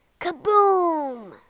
Kaboom